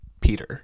peter